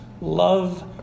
Love